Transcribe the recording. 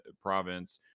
province